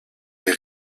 des